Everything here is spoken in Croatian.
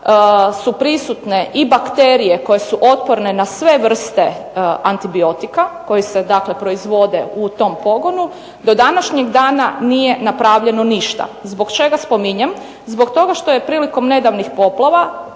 su prisutne i bakterije koje su otporne na sve vrste antibiotika koji se dakle proizvode u tom pogonu, do današnjeg dana nije napravljeno ništa. Zbog čega spominjem? Zbog toga što je prilikom nedavnih poplava,